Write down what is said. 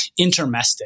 Intermestic